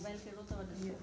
mobile कहिड़ो अथव